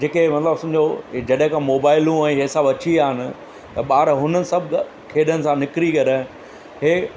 जेके मतिलबु सम्झो हे जॾहिं खां मोबाइलूं ऐं हे सभु अची विया आहिनि त ॿार हुननि सभु खेॾण सां निकिरी करे हे